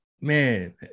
man